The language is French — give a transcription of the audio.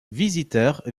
visiteurs